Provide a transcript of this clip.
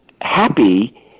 happy